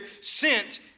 sent